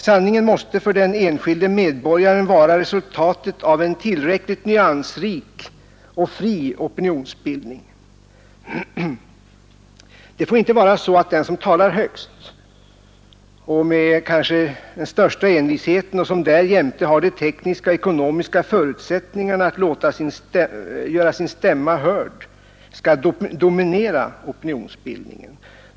Sanningen måste för den enskilde medborgaren vara resultatet av en tillräckligt nyansrik och fri opinionsbildning. Det får inte vara så att den som talar högst och kanske med den största envisheten och som därjämte har de tekniska och ekonomiska förutsättningarna att göra sin stämma hörd skall dominera opinionsbildningen.